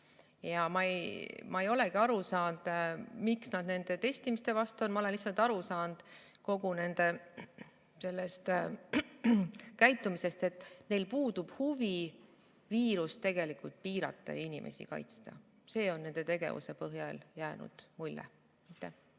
Ma ei olegi aru saanud, miks nad selle testimise vastu on. Ma olen lihtsalt aru saanud kogu nende käitumisest, et neil puudub huvi viirust tegelikult piirata ja inimesi kaitsta. Selline on nende tegevuse põhjal jäänud mulje.